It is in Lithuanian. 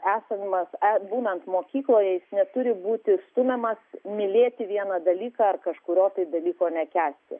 esamas būnant mokykloje jis neturi būti stumiamas mylėti vieną dalyką ar kažkurio dalyko nekęsti